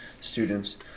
students